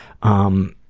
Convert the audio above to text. um,